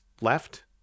left